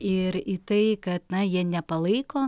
ir į tai kad na jie nepalaiko